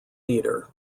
leader